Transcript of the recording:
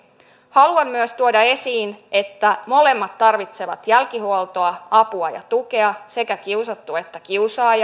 haluan myös tuoda esiin että molemmat tarvitsevat jälkihuoltoa apua ja tukea sekä kiusattu että kiusaaja